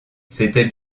c’était